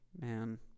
man